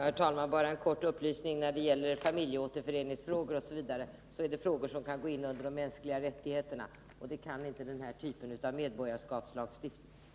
Herr talman! Bara en kort upplysning. Familjeåterföreningsfrågor t.ex. kan gå in under de mänskliga rättigheterna, men det kan inte den här typen av medborgarskapslagstiftning.